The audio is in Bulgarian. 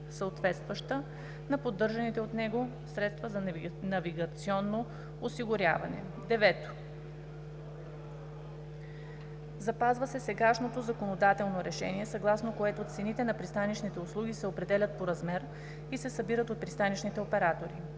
съответстваща на поддържаните от него средства за навигационно осигуряване; 9. запазва се сегашното законодателно решение, съгласно което цените на пристанищните услуги се определят по размер и се събират от пристанищните оператори,